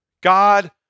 God